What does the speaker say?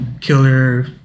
killer